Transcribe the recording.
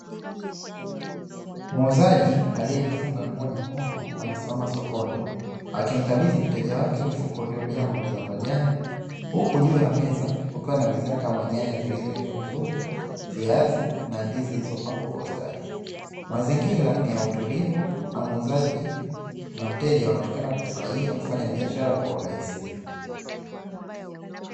Muuzaji aliyejifunga nguo nyekundu amesimama sokoni, akimkabidhi mteja wake mfuko uliyojaa mboga za majani, huku juu ya meza kukiwa na bidhaa kama nyanya zilizoiva vizuri, viazi na ndizi zilizopangwa kwa ustadi. Mazingira ni ya utulivu, na muuzaji na mteja wanaonekana kufurahia kufanya biashara kwa urahisi.